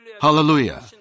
Hallelujah